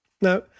Now